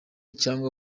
cyangwa